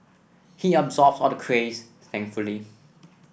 he absorbs all the craze thankfully